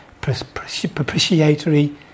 propitiatory